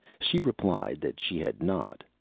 she replied that she had not,